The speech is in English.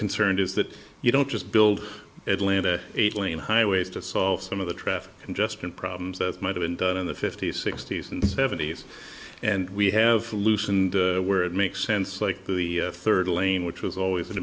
concerned is that you don't just build atlanta eight lane highways to solve some of the traffic congestion problems that might have been done in the fifty's sixty's and seventy's and we have loosened where it makes sense like the third lane which was always an